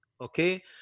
okay